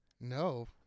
No